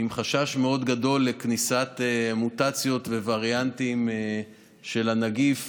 עם חשש מאוד גדול לכניסת מוטציות ווריאנטים של הנגיף,